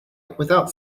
without